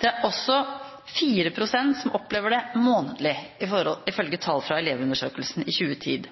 Det er også 4 pst. som opplever det månedlig, ifølge tall fra Elevundersøkelsen 2010.